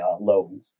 loans